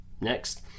next